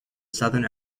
southern